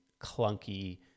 clunky